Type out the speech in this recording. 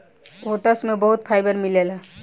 oats में बहुत fibre मिलेला